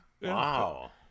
Wow